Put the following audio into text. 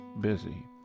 busy